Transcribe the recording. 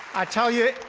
i tell you,